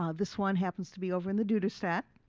ah this one happens to be over in the duderstadt.